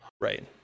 Right